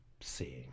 seeing